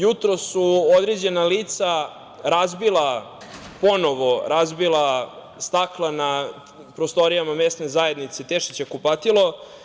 Jutros su određena lica razbila, ponovo razbila, stakla na prostorijama MZ „Tešića kupatilo“